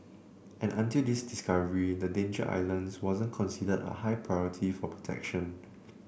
and until this discovery the Danger Islands wasn't considered a high priority for protection